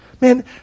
Man